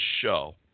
show